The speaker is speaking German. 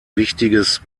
wichtiges